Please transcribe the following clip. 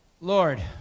Lord